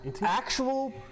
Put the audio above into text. Actual